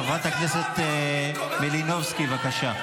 חברת הכנסת מלינובסקי, בבקשה.